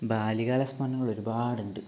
ബാല്യകാല സ്മരണകൾ ഒരുപാടുണ്ട്